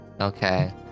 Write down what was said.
Okay